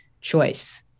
choice